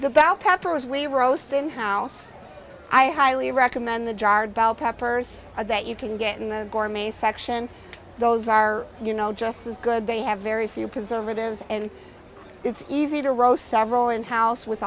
the bow copper as we roast in house i highly recommend the jarred bell peppers that you can get in the form a section those are you know just as good they have very few preservatives and it's easy to roast several in house with